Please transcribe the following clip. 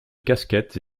casquettes